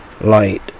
Light